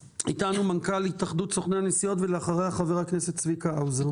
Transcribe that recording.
מנכ"ל התאחדות סוכני הנסיעות ולאחריה חבר הכנסת צביקה האוזר.